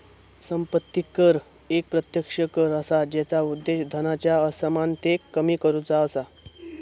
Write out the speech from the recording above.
संपत्ती कर एक प्रत्यक्ष कर असा जेचा उद्देश धनाच्या असमानतेक कमी करुचा असा